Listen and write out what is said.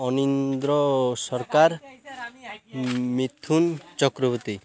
Anindra Sarkar Mithun Chakravarti